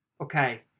Okay